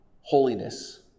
holiness